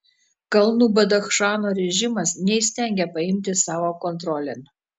kalnų badachšano režimas neįstengia paimti savo kontrolėn